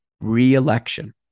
Re-election